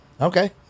Okay